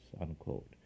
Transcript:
unquote